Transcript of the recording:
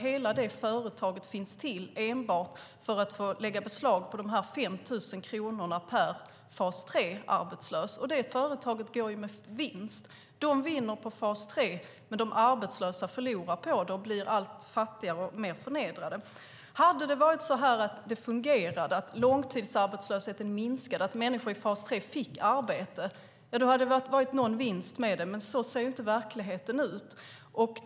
Hela det företaget finns till enbart för att få lägga beslag på de här 5 000 kronorna per fas 3-arbetslös, och det företaget går med vinst. De vinner på fas 3, men de arbetslösa förlorar på det och blir allt fattigare och mer förnedrade. Hade det varit så att det fungerade, att långtidsarbetslösheten minskade, att människor i fas 3 fick arbete, då hade det varit någon vinst med det, men så ser inte verkligheten ut.